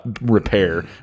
Repair